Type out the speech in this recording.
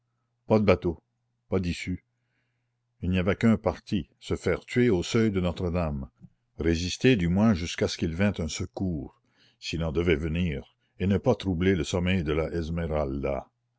pas de bateau pas d'issue il n'y avait qu'un parti se faire tuer au seuil de notre-dame résister du moins jusqu'à ce qu'il vînt un secours s'il en devait venir et ne pas troubler le sommeil de la